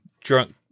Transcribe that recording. drunk